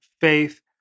Faith